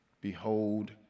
Behold